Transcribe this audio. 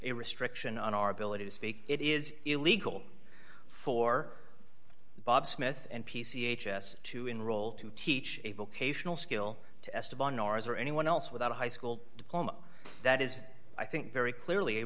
a restriction on our ability to speak it is illegal for bob smith n p c h s to enroll to teach a vocational skill to esteban ours or anyone else without a high school diploma that is i think very clearly a